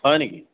হয় নেকি